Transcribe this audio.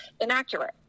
inaccurate